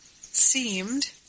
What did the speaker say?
seemed